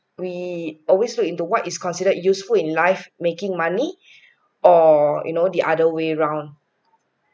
we always look into what is considered useful in life making money or you know the other way round